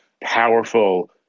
powerful